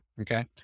okay